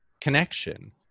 connection